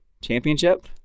championship